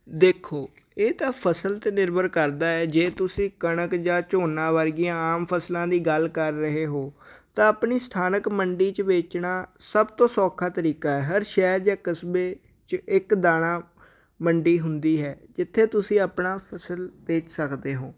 ਦੇਖੋ ਇਹ ਤਾਂ ਫਸਲ 'ਤੇ ਨਿਰਭਰ ਕਰਦਾ ਹੈ ਜੇ ਤੁਸੀਂ ਕਣਕ ਜਾਂ ਝੋਨਾ ਵਰਗੀਆਂ ਆਮ ਫਸਲਾਂ ਦੀ ਗੱਲ ਕਰ ਰਹੇ ਹੋ ਤਾਂ ਆਪਣੀ ਸਥਾਨਕ ਮੰਡੀ 'ਚ ਵੇਚਣਾ ਸਭ ਤੋਂ ਸੌਖਾ ਤਰੀਕਾ ਹੈ ਹਰ ਸ਼ਹਿਰ ਜਾਂ ਕਸਬੇ 'ਚ ਇੱਕ ਦਾਣਾ ਮੰਡੀ ਹੁੰਦੀ ਹੈ ਜਿੱਥੇ ਤੁਸੀਂ ਆਪਣਾ ਫਸਲ ਵੇਚ ਸਕਦੇ ਹੋ